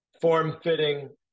form-fitting